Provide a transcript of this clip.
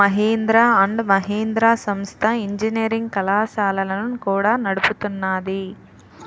Mahindra and Mahindra సంస్థ engineering కళాశాలలను కూడా నడుపుతున్నాది